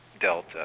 delta